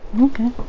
Okay